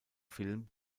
film